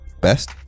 Best